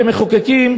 מסוימים,